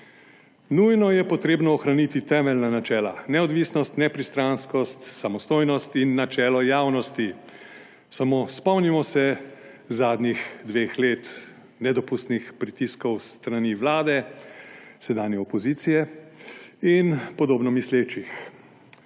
Nujno je potrebno ohraniti temeljna načela: neodvisnost, nepristranskost, samostojnost in načelo javnosti. Samo spomnimo se zadnjih dveh let nedopustnih pritiskov s strani vlade, sedanje opozicije, in podobno mislečih.